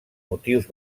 motius